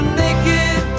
naked